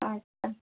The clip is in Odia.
ଆଚ୍ଛା